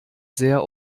sehr